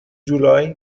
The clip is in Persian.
جولای